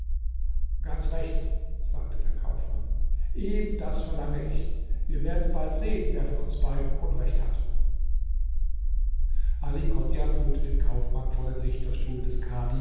ganz recht sagte der kaufmann eben das verlange ich wir werden bald sehen wer von uns beiden unrecht hat ali chodjah führte den kaufmann vor den richterstuhl des kadhi